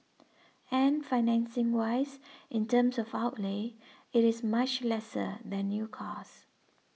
and financing wise in terms of outlay it is much lesser than new cars